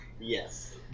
Yes